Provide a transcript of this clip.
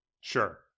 Sure